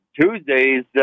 Tuesday's